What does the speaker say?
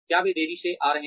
क्या वे देरी से आ रहे हैं